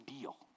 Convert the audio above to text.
deal